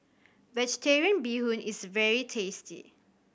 Vegetarian Bee Hoon is very tasty